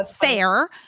fair